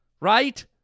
right